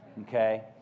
Okay